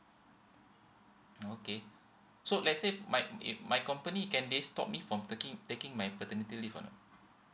okay so let say my it my company can they stop me from taking taking my paternity leave or not